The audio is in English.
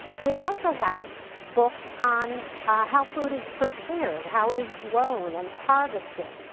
we also have books on how food is prepared. how it is grown and harvested.